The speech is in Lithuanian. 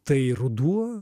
tai ruduo